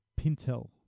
Pintel